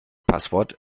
passwort